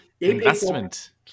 investment